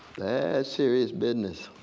serious business.